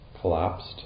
collapsed